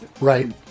Right